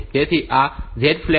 તેથી આ Z flag set છે